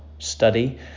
study